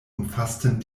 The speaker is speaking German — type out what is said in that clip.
umfassten